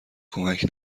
کمک